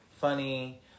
funny